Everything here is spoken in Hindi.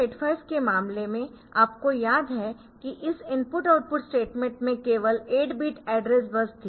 8085 के मामले में आपको याद है कि इस इनपुट आउटपुट स्टेटमेंट में केवल 8 बिट एड्रेस बस थी